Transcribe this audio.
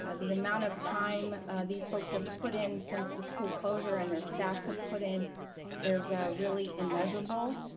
ah the amount of time these folks have put in since the school closure and their staffs have put in is really immeasurable.